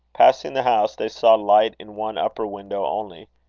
passing the house, they saw light in one upper window only.